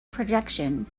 projection